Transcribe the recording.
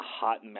hot